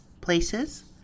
places